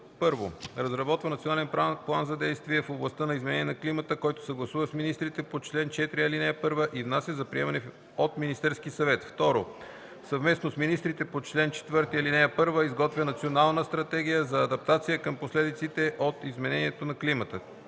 1. разработва Национален план за действие в областта на изменение на климата, който съгласува с министрите по чл. 4, ал. 1 и внася за приемане от Министерския съвет; 2. съвместно с министрите по чл. 4, ал. 1 изготвя Национална стратегия за адаптация към последиците от изменението на климата;